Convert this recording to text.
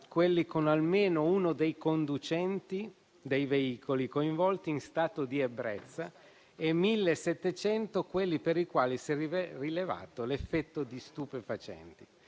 quelli con almeno uno dei conducenti dei veicoli coinvolti in stato di ebbrezza e 1.700 quelli per i quali si è rilevato l'effetto di stupefacenti.